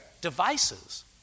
devices